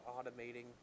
automating